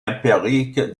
empirique